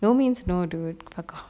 no means no dude fuck off